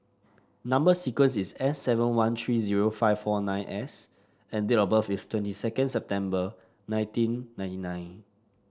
number sequence is S seven one three zero five four nine S and date of birth is twenty second September nineteen ninety nine